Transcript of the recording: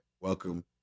welcome